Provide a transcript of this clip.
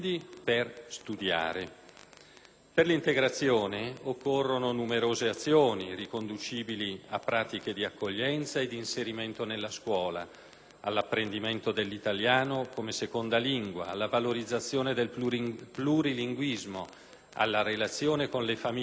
Per l'integrazione occorrono numerose azioni riconducibili a pratiche di accoglienza e di inserimento nella scuola, all'apprendimento dell'italiano come seconda lingua, alla valorizzazione del plurilinguismo, alla relazione con le famiglie straniere e all'orientamento.